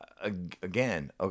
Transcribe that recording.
again